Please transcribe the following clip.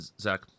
zach